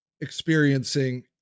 experiencing